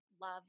love